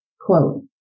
Quote